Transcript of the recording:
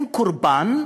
הם קורבן,